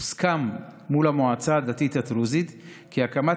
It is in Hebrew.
הוסכם מול המועצה הדתית הדרוזית כי הקמת